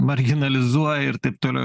marginalizuoja ir taip toliau